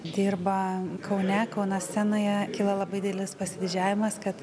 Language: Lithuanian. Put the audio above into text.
dirba kaune kauno scenoje kyla labai didelis pasididžiavimas kad